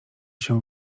się